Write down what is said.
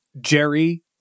Jerry